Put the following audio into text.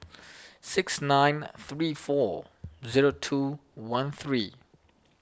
six nine three four zero two one three